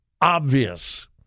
obvious